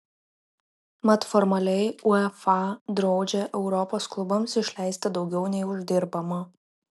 mat formaliai uefa draudžia europos klubams išleisti daugiau nei uždirbama